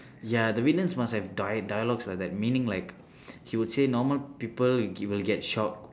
ya the villains must have dia~ dialogues like that meaning like he would say normal people will will get shocked